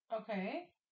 Okay